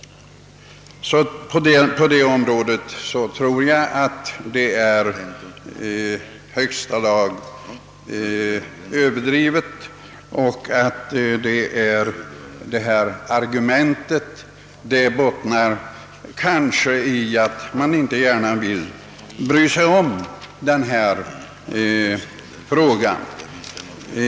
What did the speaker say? Jag tror att man i högsta grad överdriver och att detta argument bottnar i att man inte vill bry sig om frågan.